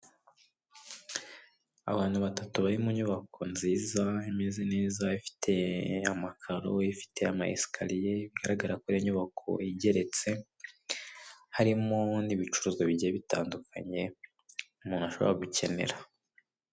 Abantu batatu bari mu nyubako nziza imeze neza ifite amakaro, ifite ama esikariye bigaragara ko ari inyubako igeretse, harimo n'ibicuruzwa bitandukanye umuntu ashobora gukenera.